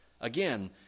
Again